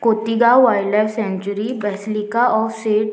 Cotigao wildlife सँच्युरी बॅसलीका ऑफ सेट